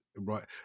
right